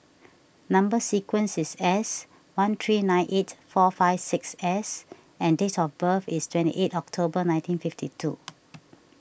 Number Sequence is S one three nine eight four five six S and date of birth is twenty eight October nineteen fifty two